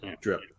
drip